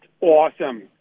awesome